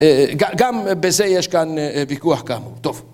גם בזה יש כאן ויכוח כאמור. טוב.